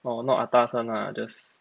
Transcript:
orh not atas [one] ah just